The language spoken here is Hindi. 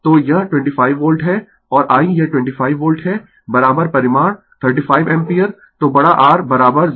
तो यह 25 वोल्ट है और I यह 25 वोल्ट है परिमाण 35 एम्पीयर तो बड़ा R 0714 Ω